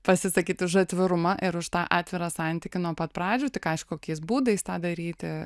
pasisakyti už atvirumą ir už tą atvirą santykį nuo pat pradžių tik aišku kokiais būdais tą daryti